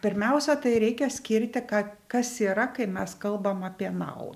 pirmiausia tai reikia skirti ką kas yra kai mes kalbam apie nau